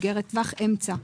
מסגרת תווך אמצע.